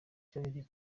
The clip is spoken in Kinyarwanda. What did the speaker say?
cyabereye